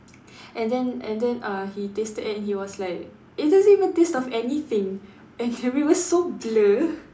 and then and then uh he tasted it and he was like it doesn't even taste of anything and we were so blur